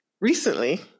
recently